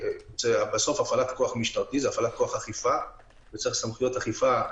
בסוף הפעלת כוח משטרתי זה הפעלת כוח אכיפה וצריך סמכויות אכיפה.